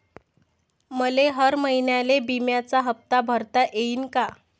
मले हर महिन्याले बिम्याचा हप्ता भरता येईन का?